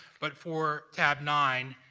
but for tab nine,